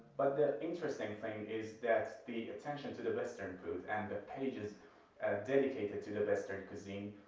but the interesting thing is that the attention to the western food and the pages ah dedicated to the western cuisine,